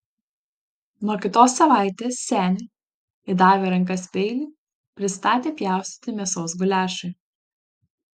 nuo kitos savaitės senį įdavę į rankas peilį pristatė pjaustyti mėsos guliašui